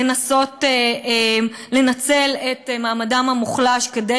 לנסות לנצל את מעמדם המוחלש כדי,